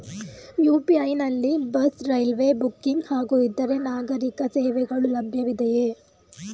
UPI ನಲ್ಲಿ bus, railway booking ಹಾಗೂ ಇತರೆ ನಾಗರೀಕ ಸೇವೆಗಳು ಲಭ್ಯವಿದೆಯೇ?